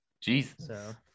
Jesus